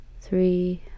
three